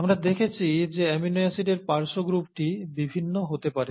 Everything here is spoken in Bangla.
আমরা দেখেছি যে অ্যামিনো অ্যাসিডের পার্শ্ব গ্রুপটি বিভিন্ন হতে পারে